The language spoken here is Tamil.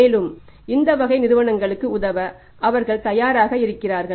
மேலும் இந்த வகை நிறுவனங்களுக்கு உதவ அவர் தயாராக இருக்கிறார்